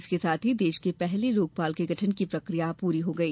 इसके साथ ही देश के पहले लोकपाल के गठन की प्रक्रिया पूरी हो गई